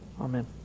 Amen